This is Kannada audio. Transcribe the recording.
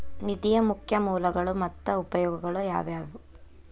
ನಿಧಿಯ ಮುಖ್ಯ ಮೂಲಗಳು ಮತ್ತ ಉಪಯೋಗಗಳು ಯಾವವ್ಯಾವು?